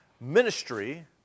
ministry